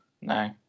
No